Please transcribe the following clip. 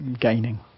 gaining